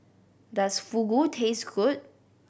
does Fugu taste good